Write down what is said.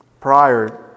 prior